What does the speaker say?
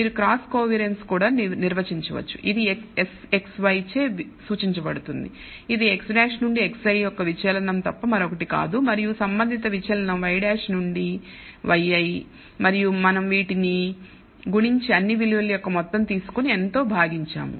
మీరు cross covariance కూడా నిర్వచించవచ్చు ఇదిSxy చే సూచించబడుతుంది ఇది x̅ నుండి xi యొక్క విచలనం తప్ప మరొకటి కాదు మరియు సంబంధిత విచలనం y̅ నుండి yi మరియు మనం వీటి నీ గుణించి అన్ని విలువల యొక్క మొత్తం తీసుకొని n తో భాగించాము